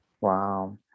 Wow